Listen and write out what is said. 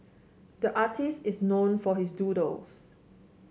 the artist is known for his doodles